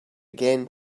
again